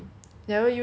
两个月而已